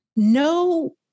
no